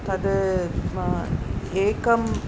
तद् एकम्